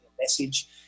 message